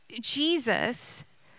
Jesus